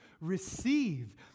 receive